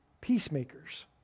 peacemakers